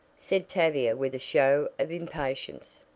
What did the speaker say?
said tavia with a show of impatience.